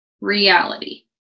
reality